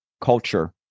culture